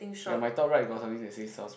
ya my top right got something that says source